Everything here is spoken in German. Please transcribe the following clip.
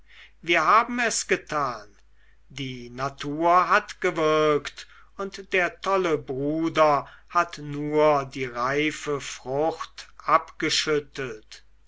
wir haben es getan die natur hat gewirkt und der tolle bruder hat nur die reife frucht abgeschüttelt